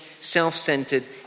self-centered